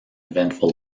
eventful